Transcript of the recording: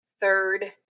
third